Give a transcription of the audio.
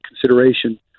consideration